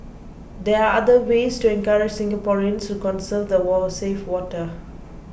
there are other ways to encourage Singaporeans to conserve the war and save water